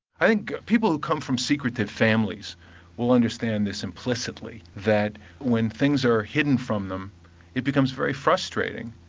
i think people who come from secretive families will understand this implicitly, that when things are hidden from them it becomes very frustrating.